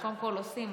קודם כול עושים,